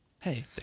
Hey